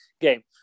game